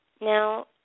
Now